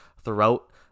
throughout